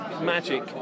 magic